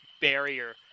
barrier